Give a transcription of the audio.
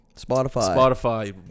Spotify